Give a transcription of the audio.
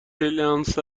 لنسر